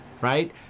Right